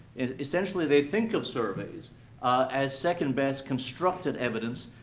essentially, they think of surveys as second best constructed evidence,